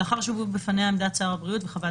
לאחר שהובאו בפניה עמדת שר הבריאות וחוות